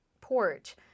porch